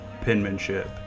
penmanship